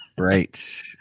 Right